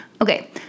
Okay